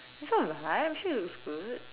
it's not overhyped I'm sure it looks good